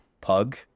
pug